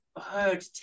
heard